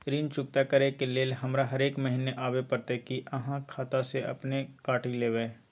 ऋण चुकता करै के लेल हमरा हरेक महीने आबै परतै कि आहाँ खाता स अपने काटि लेबै?